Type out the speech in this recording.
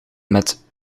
met